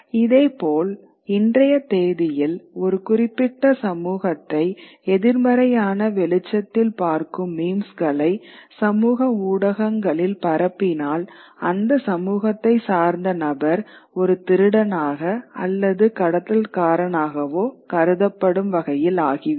இதேபோல் இன்றைய தேதியில் ஒரு குறிப்பிட்ட சமூகத்தை எதிர்மறையான வெளிச்சத்தில் பார்க்கும் மீம்ஸ்களை சமூக ஊடகங்களில் பரப்பினால் அந்த சமூகத்தை சார்ந்த நபர் ஒரு திருடனாக அல்லது கடத்தல்காரன் ஆகவோ கருதப்படும் வகையில் ஆகிவிடும்